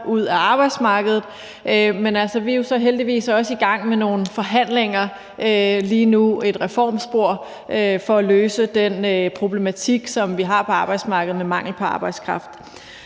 ud af arbejdsmarkedet. Men vi er jo så heldigvis også i gang med nogle forhandlinger lige nu, et reformspor, for at løse den problematik, som vi har på arbejdsmarkedet, med mangel på arbejdskraft.